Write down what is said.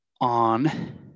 on